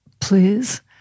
please